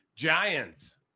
Giants